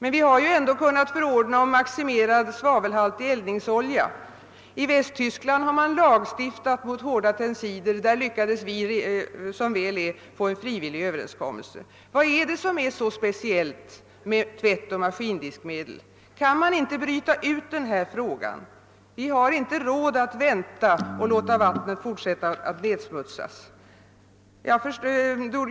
Vi har emellertid ändå kunnat utfärda bestämmelser om maximering av svavelhalten i eldningsolja. I Västtyskland har man lagstiftat mot hårda tensider. I detta avseende har vi som väl är lyckats få till stånd en frivillig överenskommelse. Vad är det som är så speciellt med tvättoch maskindiskmedel? Kan inte denna fråga brytas ut? Vi har inte råd att vänta och att låta vattnet undergå en fortsatt nedsmutsning.